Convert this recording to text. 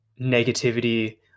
Negativity